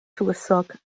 tywysog